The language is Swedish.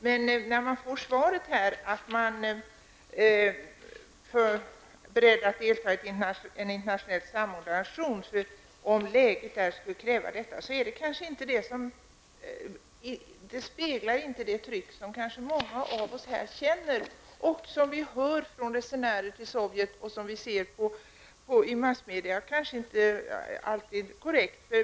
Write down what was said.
Men formuleringen i svaret, att regeringen är beredd att delta i en internationellt samordnad aktion om läget i Sovjet skulle kräva detta, speglar inte det tryck som många av oss känner, det som vi hör att resenärer till Sovjet har upplevt och som skildras genom massmedia -- även om det kanske inte alltid är korrekt.